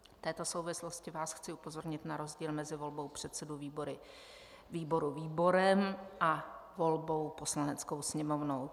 V této souvislosti vás chci upozornit na rozdíl mezi volbou předsedy výboru výborem a volbou Poslaneckou sněmovnou.